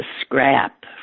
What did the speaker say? scrap